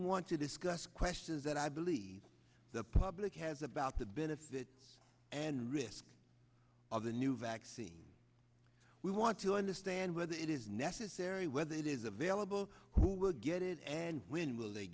want to discuss questions that i believe the public has about the benefits and risks of the new vaccine we want to understand whether it is necessary whether it is available who will get it and when will they